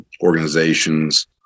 organizations